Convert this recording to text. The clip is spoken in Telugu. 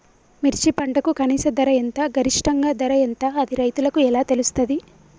మిర్చి పంటకు కనీస ధర ఎంత గరిష్టంగా ధర ఎంత అది రైతులకు ఎలా తెలుస్తది?